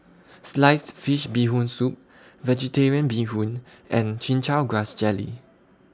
Sliced Fish Bee Hoon Soup Vegetarian Bee Hoon and Chin Chow Grass Jelly